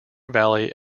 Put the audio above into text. valley